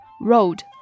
Road